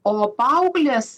o paauglės